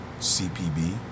CPB